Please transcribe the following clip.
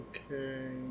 Okay